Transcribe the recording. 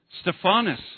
Stephanus